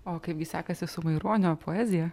o kaipgi sekasi su maironio poezija